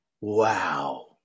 Wow